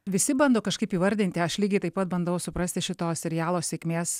visi bando kažkaip įvardinti aš lygiai taip pat bandau suprasti šito serialo sėkmės